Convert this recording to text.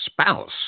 spouse